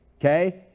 Okay